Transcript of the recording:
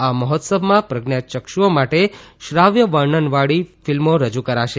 આ મહોત્સવમાં પ્રજ્ઞાયક્ષુઓ માટે શ્રાવ્ય વર્ણનવાળી ફિલ્મો રજુ કરાશે